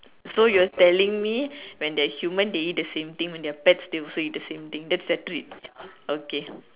so you're telling me when they're human they eat the same thing when they're pets they also eat the same thing that's their treat okay